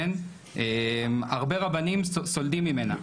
הרבה רבנים סולדים ממנה,